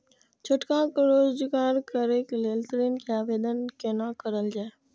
छोटका रोजगार करैक लेल ऋण के आवेदन केना करल जाय?